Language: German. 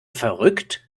verrückt